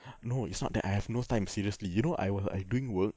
no it's not that I have no time seriously you know I wa~ I doing work